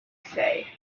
say